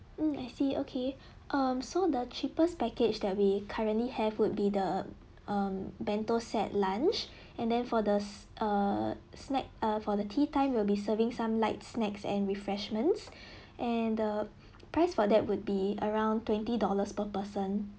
mm I see okay um so the cheapest package that we currently have would be the um bento set lunch and then for these err snack or for the tea time will be serving some light snacks and refreshments and the price for that would be around twenty dollars per person